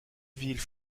ville